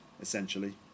Essentially